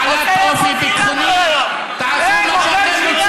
בעבודה בעלת אופי ביטחוני תעשו מה שאתם רוצים,